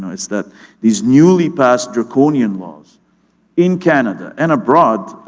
it's that these newly-passed draconian laws in canada and abroad,